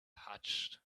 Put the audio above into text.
hatch